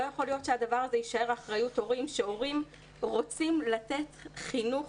לא יכול להיות שהדבר הזה יישאר באחריות הורים שרוצים לתת חינוך